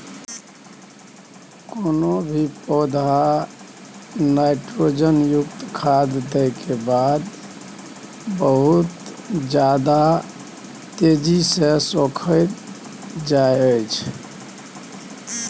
nitrogen केँ बहुत पैघ पौष्टिक बुझल जाइ छै गाछ सबसँ बेसी नाइट्रोजन सोखय छै